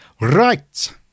Right